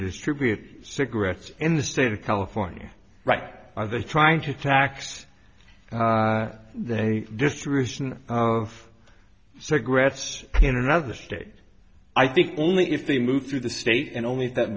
distributor cigarettes in the state of california right now they're trying to tax the a distribution of cigarettes in another state i think only if they move through the state and only that